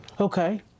Okay